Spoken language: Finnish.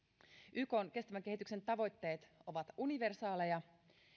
ykn kestävän kehityksen tavoitteet ovat universaaleja